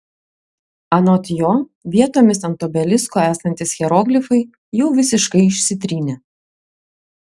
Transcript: anot jo vietomis ant obelisko esantys hieroglifai jau visiškai išsitrynė